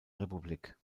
republik